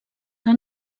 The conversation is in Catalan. que